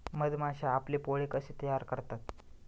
मधमाश्या आपले पोळे कसे तयार करतात?